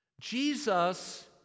Jesus